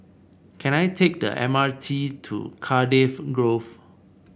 can I take the M R T to Cardiff Grove